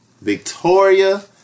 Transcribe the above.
Victoria